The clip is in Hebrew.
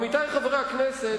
עמיתי חברי הכנסת,